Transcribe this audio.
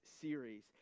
series